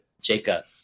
Jacob